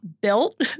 built